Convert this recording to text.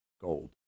gold